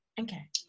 Okay